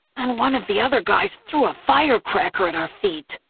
and one of the other guys threw a firecracker at our feet.